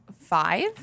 Five